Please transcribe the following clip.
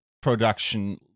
production